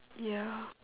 ya